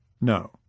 no